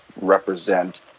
represent